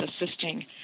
assisting